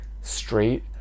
straight